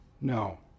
No